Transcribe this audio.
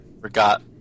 forgot